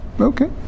Okay